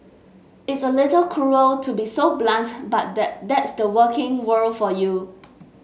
it's a little cruel to be so blunt but that that's the working world for you